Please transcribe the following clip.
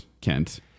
Kent